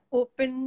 open